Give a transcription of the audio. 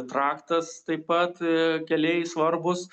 traktas taip pat keliai svarbūs